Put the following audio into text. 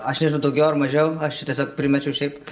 aš nežinau daugiau ar mažiau aš tiesiog primečiau šiaip